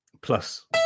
plus